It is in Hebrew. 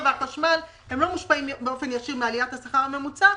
והחשמל שהם לא מושפעים באופן ישיר מעליית השכר הממוצע,